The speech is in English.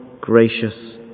gracious